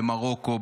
במרוקו,